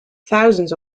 thousands